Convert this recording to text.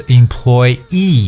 employee